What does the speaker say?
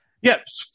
Yes